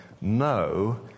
no